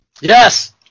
yes